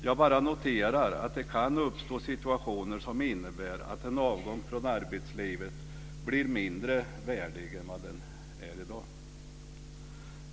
Jag bara noterar att det kan uppstå situationer som innebär att en avgång från arbetslivet blir mindre värdig än vad den är i dag.